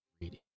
reading